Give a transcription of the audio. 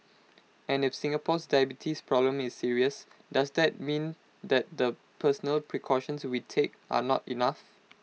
and if Singapore's diabetes problem is serious does that mean that the personal precautions we take are not enough